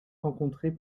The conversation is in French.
rencontrée